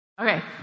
Okay